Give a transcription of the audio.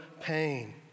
pain